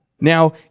Now